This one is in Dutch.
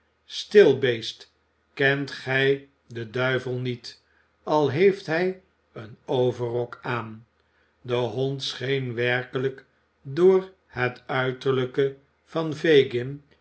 stil beest kent gij den duivel niet al heeft hij een overrok aan de hond scheen werkelijk door het uiterlijke van fagin